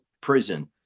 prison